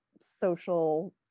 social